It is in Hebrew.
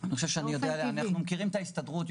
--- אנחנו מכירים את ההסתדרות,